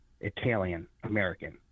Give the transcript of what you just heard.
Italian-American